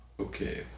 okay